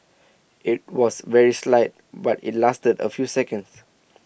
IT was very slight but IT lasted A few seconds